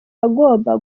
agomba